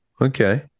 okay